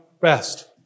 rest